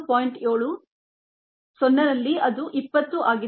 7 0 ಯಲ್ಲಿ ಅದು 20 ಆಗಿದೆ